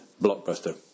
blockbuster